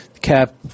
Cap